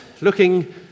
looking